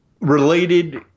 Related